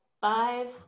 five